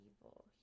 evil